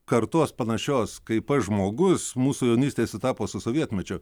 kartos panašios kaip aš žmogus mūsų jaunystė sutapo su sovietmečio